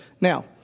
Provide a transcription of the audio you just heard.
now